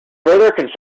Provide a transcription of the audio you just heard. further